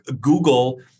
Google